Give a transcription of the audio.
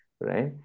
right